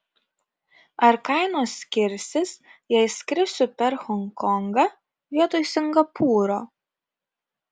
ar kainos skirsis jei skrisiu per honkongą vietoj singapūro